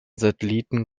satelliten